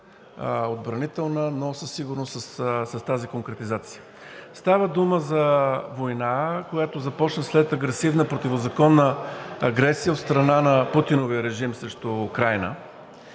отбранителна, но със сигурност с тази конкретизация. Става дума за война, която започна след агресивна противозаконна агресия, от страна на Путиновия режим срещу Украйна.